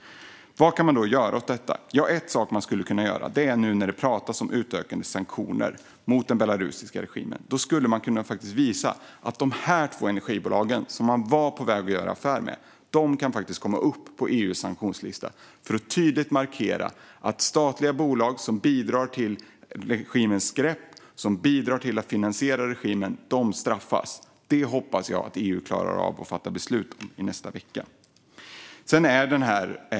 Vad kan man då göra åt detta? En sak som skulle kunna göras, nu när det pratas om utökade sanktioner mot den belarusiska regimen, är att visa att de här två energibolagen, som man var på väg att göra affär med, kan komma upp på EU:s sanktionslista. Det skulle vara ett sätt att tydligt markera att statliga bolag som bidrar till regimens grepp och bidrar till att finansiera regimen straffas. Det hoppas jag att EU klarar av att fatta beslut om nästa vecka.